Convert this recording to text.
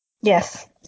Yes